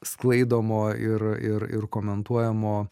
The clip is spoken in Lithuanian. sklaidomo ir ir ir komentuojamo